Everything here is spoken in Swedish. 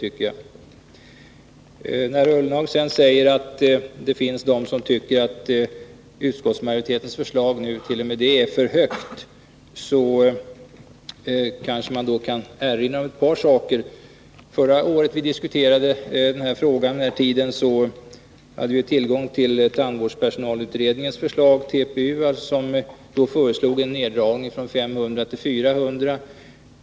När Jörgen Ullenhag sedan säger att det finns de som tycker att t.o.m. utskottsmajoritetens förslag ligger för högt kanske man kan erinra om ett par saker. Då vi diskuterade denna fråga vid den här tiden förra året hade vi tillgång till förslaget från tandvårdspersonalutredningen, TPU. Där föreslogs en neddragning i antagningen av antalet studerande från 500 till 400.